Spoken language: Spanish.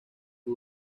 que